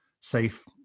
safe